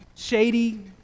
Shady